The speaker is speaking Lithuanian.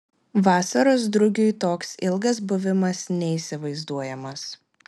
vasaros drugiui toks ilgas buvimas neįsivaizduojamas